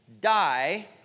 die